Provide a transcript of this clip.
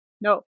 No